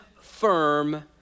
firm